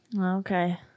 Okay